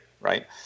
right